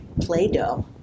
Play-Doh